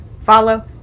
follow